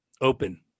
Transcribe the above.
open